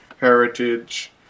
heritage